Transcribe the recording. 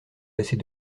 passer